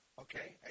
Okay